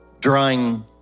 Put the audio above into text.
drawing